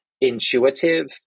intuitive